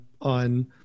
on